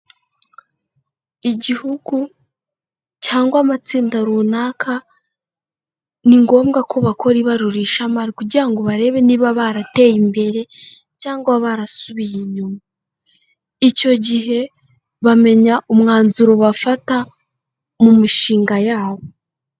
Igihugu cyangwa amatsinda runaka, ni ngombwa ko bakora ibarurishamari kugira ngo barebe niba barateye imbere cyangwa barasubiye inyuma. Icyo gihe bamenya umwanzuro bafata mu mishinga yabo.